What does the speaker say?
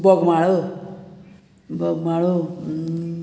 Bogmalo Bogmalo